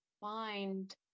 find